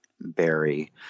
berry